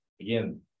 Again